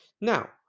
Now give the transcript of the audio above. Now